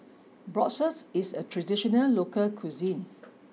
Bratwurst is a traditional local cuisine